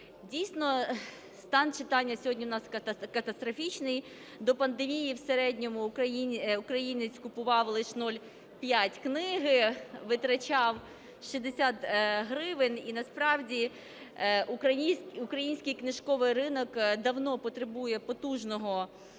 Дійсно, стан читання сьогодні у нас катастрофічний. До пандемії в середньому українець купував лише 0,5 книги, витрачав 60 гривень. І насправді український книжковий ринок давно потребує потужного поштовху